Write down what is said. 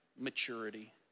maturity